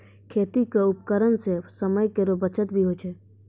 खेती क उपकरण सें समय केरो बचत भी होय छै